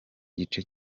gice